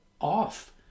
off